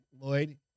Lloyd